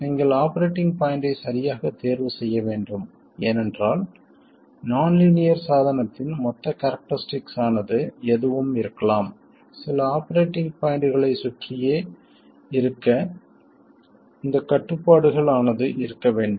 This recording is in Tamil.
நீங்கள் ஆபரேட்டிங் பாய்ண்ட்டைச் சரியாகத் தேர்வு செய்ய வேண்டும் ஏனென்றால் நான் லீனியர் சாதனத்தின் மொத்த கேரக்டரிஸ்டிக்ஸ் ஆனது எதுவும் இருக்கலாம் சில ஆபரேட்டிங் பாய்ண்ட்களைச் சுற்றியே இருக்க இந்தக் கட்டுப்பாடுகள் ஆனது இருக்க வேண்டும்